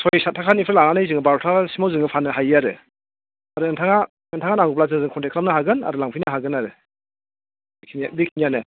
सय सात थाखानिफ्राय लानानै जों बार' थाखा सिमाव जोङो फाननो हायो आरो आरो नोंथाङा नोंथाङा नांगौब्ला जोंजों कन्टेक्ट खालामनो हागोन आरो लांफैनो हागोन आरो बेखिनियानो